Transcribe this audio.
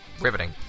riveting